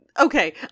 okay